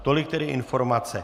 Tolik tedy informace.